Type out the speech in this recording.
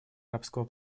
арабского